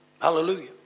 Hallelujah